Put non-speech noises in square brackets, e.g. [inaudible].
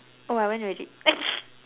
oh I went already [laughs]